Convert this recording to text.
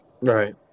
Right